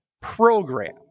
program